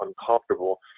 uncomfortable